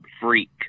freak